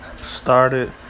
Started